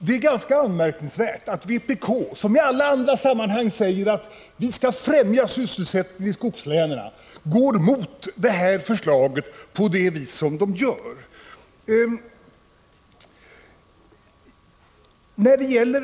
Det är ganska anmärkningsvärt att vpk, som i alla andra sammanhang säger att vi skall främja sysselsättningen i skogslänen, går emot det här förslaget på det vis som partiet gör.